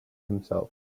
himself